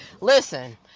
listen